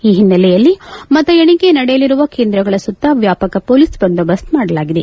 ಈ ಹಿನ್ನೆಲೆಯಲ್ಲಿ ಮತ ಎಣಿಕೆ ನಡೆಯಲಿರುವ ಕೇಂದ್ರಗಳ ಸುತ್ತ ವ್ಯಾಪಕ ಮೊಲೀಸ್ ಬಂದೋಬಸ್ತ್ ಮಾಡಲಾಗಿದೆ